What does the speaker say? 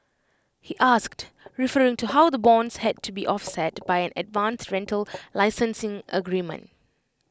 he asked referring to how the bonds had to be offset by an advance rental licensing agreement